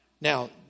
Now